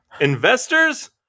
Investors